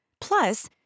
Plus